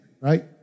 right